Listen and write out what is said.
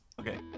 Okay